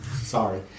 sorry